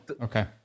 okay